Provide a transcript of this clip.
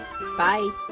Bye